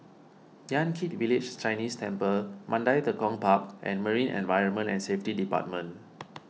Yan Kit Village Chinese Temple Mandai Tekong Park and Marine Environment and Safety Department